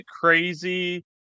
crazy